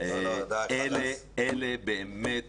אלה באמת